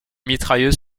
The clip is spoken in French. mitrailleuse